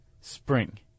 spring